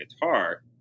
guitar